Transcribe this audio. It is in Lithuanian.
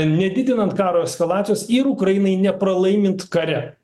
nedidinant karo eskalacijos ir ukrainai nepralaimint kare